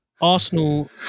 Arsenal